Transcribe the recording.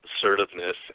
assertiveness